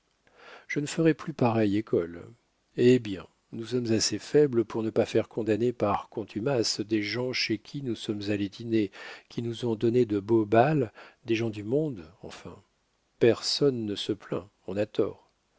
je ne ferai plus pareille école eh bien nous sommes assez faibles pour ne pas faire condamner par contumace des gens chez qui nous sommes allés dîner qui nous ont donné de beaux bals des gens du monde enfin personne ne se plaint on a tort